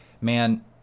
Man